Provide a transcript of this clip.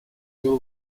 tool